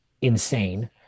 insane